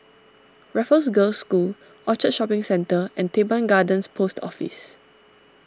Raffles Girls' School Orchard Shopping Centre and Teban Garden Post Office